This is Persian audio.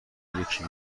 یکی